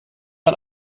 ein